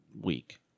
week